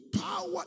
power